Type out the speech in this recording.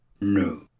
No